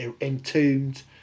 Entombed